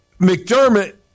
McDermott